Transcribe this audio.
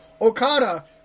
okada